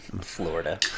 Florida